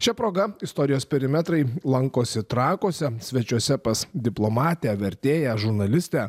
šia proga istorijos perimetrai lankosi trakuose svečiuose pas diplomatę vertėją žurnalistę